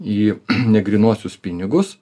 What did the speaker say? į negrynuosius pinigus